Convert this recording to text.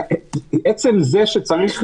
עצם זה שצריך ריחוק,